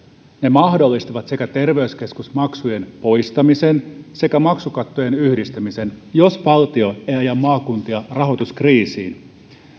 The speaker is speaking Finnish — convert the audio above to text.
mahdollistavat sekä terveyskeskusmaksujen poistamisen että maksukattojen yhdistämisen jos valtio ei aja maakuntia rahoituskriisiin